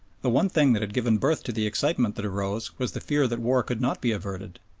the one thing that had given birth to the excitement that arose was the fear that war could not be averted,